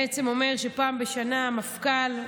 שבעצם אומר שפעם בשנה המפכ"ל,